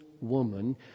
woman